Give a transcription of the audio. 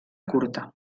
curta